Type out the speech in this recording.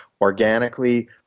organically